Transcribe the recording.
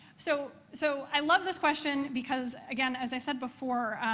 so so, i love this question because, again, as i said before,